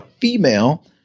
female